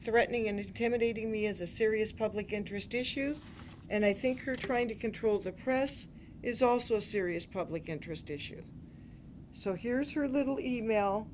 threatening and intimidating me is a serious public interest issues and i think are trying to control the press is also a serious public interest issue so here's your little eve mail